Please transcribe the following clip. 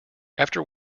after